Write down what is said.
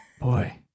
Boy